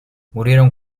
murieron